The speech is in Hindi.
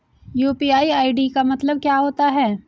यू.पी.आई आई.डी का मतलब क्या होता है?